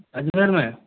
अजमेर में है